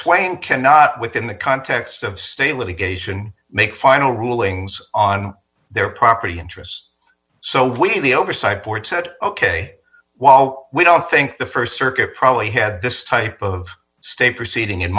swain cannot within the context of state litigation make final rulings on their property interests so we the oversight board said ok while we don't think the st circuit probably had this type of state proceeding in